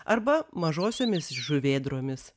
arba mažosiomis žuvėdromis